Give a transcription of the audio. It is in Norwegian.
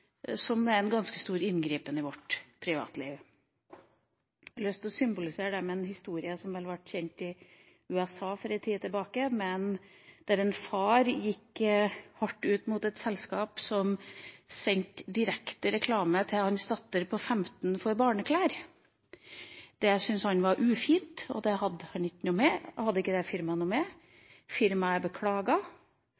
er en ganske stor inngripen i vårt privatliv. Jeg har lyst til å symbolisere det med en historie som ble kjent i USA for en tid tilbake, der en far gikk hardt ut mot et selskap som sendte direktereklame for barneklær til hans datter på 15 år. Det syntes han var ufint – det hadde ikke det firmaet noe med.